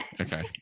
Okay